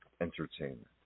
entertainment